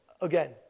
again